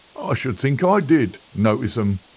i should think i did notice them,